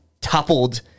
toppled